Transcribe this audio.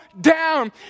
down